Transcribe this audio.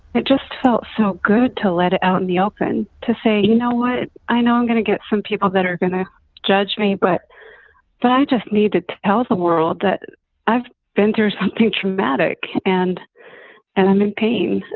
it just felt so good to let it out in the open to say, you know what? i know i'm going to get some people that are going to judge me, but but i just needed to help the world that i've venters to traumatic and end. i'm in pain.